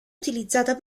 utilizzata